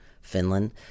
Finland